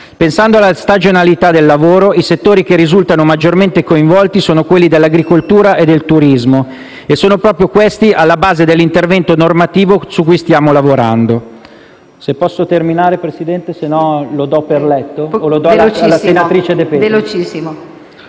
Pensando alla stagionalità del lavoro, i settori che risultano maggiormente coinvolti sono quelli dell'agricoltura e del turismo, e sono proprio questi alla base dell'intervento normativo su cui stiamo lavorando.